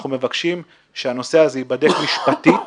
אנחנו מבקשים שהנושא הזה ייבדק משפטית,